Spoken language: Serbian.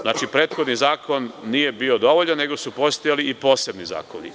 Znači, prethodni zakon nije bio dovoljan, nego su postojali i posebni zakoni.